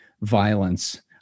violence